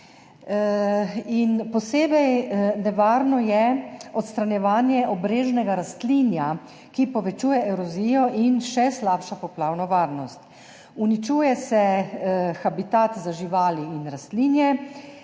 Posebej nevarno je odstranjevanje obrežnega rastlinja, ki povečuje erozijo in še slabša poplavno varnost, uničuje se habitat za živali in rastlinje